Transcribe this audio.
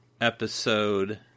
episode